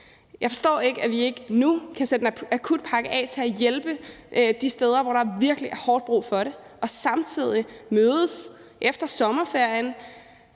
Jeg forstår ikke, at vi ikke kan sætte penge af nu til en akutpakke til at hjælpe de steder, hvor der er virkelig hårdt brug for det, og samtidig mødes efter sommerferien,